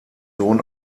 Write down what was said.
sohn